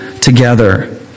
together